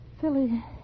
Philly